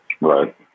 Right